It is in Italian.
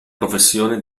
professione